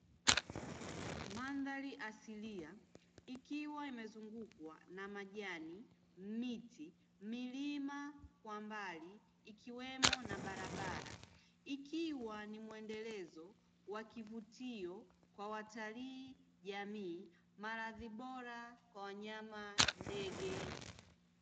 Mandhari asilia, ikiwa imezungukwa na majani, miti, milima kwa mbali, ikiwemo na barabara, ikiwa ni muendelezo wa kivutio kwa watalii, jamii, malazi bora kwa wanyama na ndege.